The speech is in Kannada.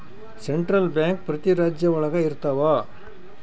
ಸೆಂಟ್ರಲ್ ಬ್ಯಾಂಕ್ ಪ್ರತಿ ರಾಜ್ಯ ಒಳಗ ಇರ್ತವ